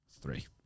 three